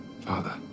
Father